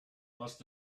must